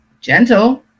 gentle